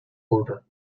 order